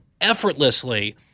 effortlessly